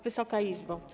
Wysoka Izbo!